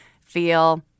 feel